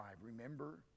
remember